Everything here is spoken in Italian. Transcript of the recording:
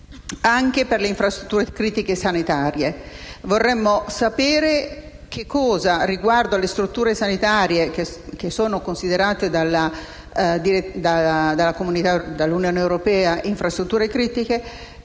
anche per le infrastrutture critiche sanitarie. Vorremmo sapere, riguardo alle strutture sanitarie che sono considerate dall'Unione europea infrastrutture critiche,